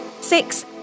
six